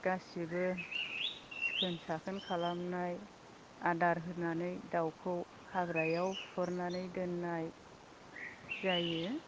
गासिबो सिखोन साखोन खालामनाय आदार होनानै दाउखौ हाग्रायाव हुहरनानै दोन्नाय जायो